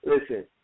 listen